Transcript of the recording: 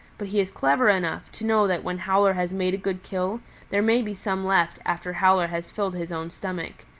but he is clever enough to know that when howler has made a good kill there may be some left after howler has filled his own stomach.